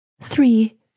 Three